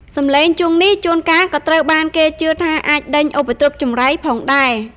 សំឡេងជួងនេះ ជួនកាលក៏ត្រូវបានគេជឿថាអាចដេញឧបទ្រពចង្រៃផងដែរ។